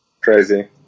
crazy